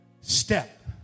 step